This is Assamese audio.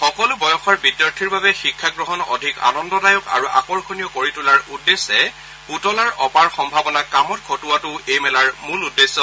সকলো বয়সৰ বিদ্যাৰ্থীৰ বাবে শিক্ষা গ্ৰহণ অধিক আনন্দদায়ক আৰু আকৰ্যণীয় কৰি তোলা উদ্দেশ্যে পৃতলাৰ অপাৰ সম্ভাৱনা কামত খটুৱাটোও এই মেলাৰ মূল উদ্দেশ্য